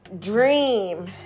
dream